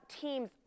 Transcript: teams